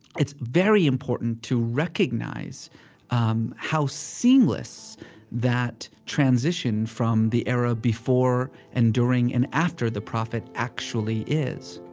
it's very important to recognize um how seamless that transition from the era before and during and after the prophet actually is.